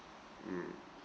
mm